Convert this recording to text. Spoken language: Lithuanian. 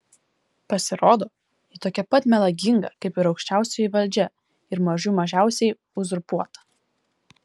pasirodo ji tokia pat melaginga kaip ir aukščiausioji valdžia ir mažų mažiausiai uzurpuota